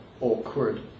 awkward